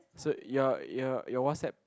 so your your your WhatsApp